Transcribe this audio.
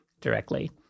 directly